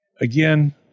again